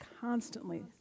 constantly